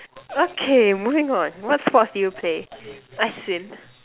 okay moving on what sports do you play I swim